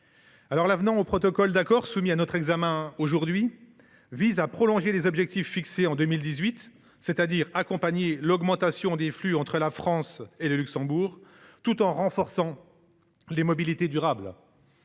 L’avenant au protocole d’accord soumis à notre examen vise à prolonger les objectifs fixés en 2018, c’est à dire accompagner l’augmentation des flux entre la France et le Luxembourg tout en renforçant les mobilités durables.